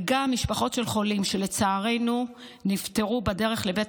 וגם משפחות של חולים שלצערנו נפטרו בדרך לבית